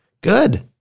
Good